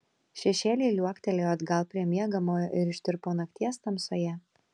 šešėliai liuoktelėjo atgal prie miegamojo ir ištirpo nakties tamsoje